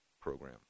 program